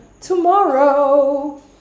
tomorrow